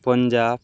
Punjab